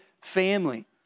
family